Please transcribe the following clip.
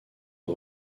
aux